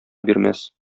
бирмәс